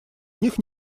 них